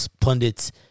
pundits